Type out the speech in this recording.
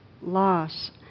loss